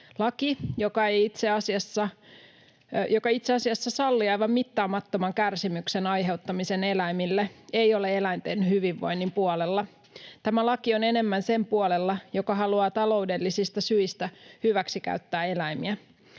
Laki, joka itse asiassa sallii aivan mittaamattoman kärsimyksen aiheuttamisen eläimille, ei ole eläinten hyvinvoinnin puolella. Tämä laki on enemmän sen puolella, joka haluaa taloudellisista syistä hyväksikäyttää eläimiä.